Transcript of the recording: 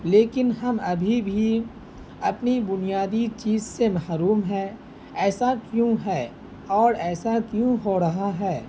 لیکن ہم ابھی بھی اپنی بنیادی چیز سے محروم ہیں ایسا کیوں ہے اور ایسا کیوں ہو رہا ہے